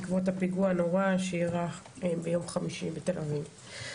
בעקבות הפיגוע הנורא שאירע ביום חמישי בתל אביב.